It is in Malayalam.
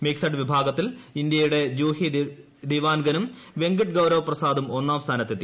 മിക്സഡ് വിഭാഗത്തിൽ ഇന്ത്യയുടെ ജൂഹി ദിവാൻഗ്ഗുറ്റുട് വെങ്കട്ഗൌരവ് പ്രസാദും ഒന്നാം സ്ഥാനത്തെത്തി